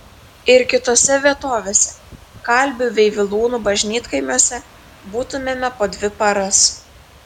ir kitose vietovėse kalvių bei vilūnų bažnytkaimiuose būtumėme po dvi paras